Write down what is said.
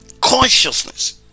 Consciousness